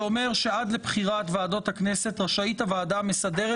שאומר שעד לבחירת ועדות הכנסת רשאית הוועדה המסדרת